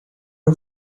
you